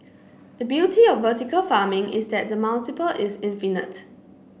the beauty of vertical farming is that the multiple is infinite